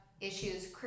issues